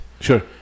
Sure